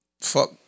fuck